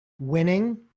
winning